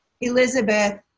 Elizabeth